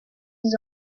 his